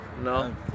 No